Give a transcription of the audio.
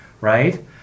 right